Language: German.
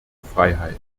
freiheit